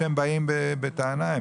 כן, זה ברור, לא חשבתי שהם באים בטענה.